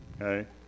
okay